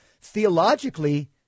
theologically